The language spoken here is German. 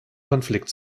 konflikt